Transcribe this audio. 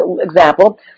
example